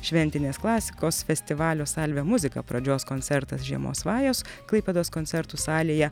šventinės klasikos festivalio salve muzika pradžios koncertas žiemos svajos klaipėdos koncertų salėje